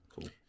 cool